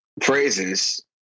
phrases